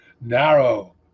narrow